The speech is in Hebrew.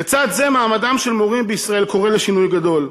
לצד זה, מעמדם של מורים בישראל קורא לשינוי גדול.